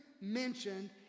mentioned